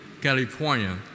California